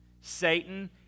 Satan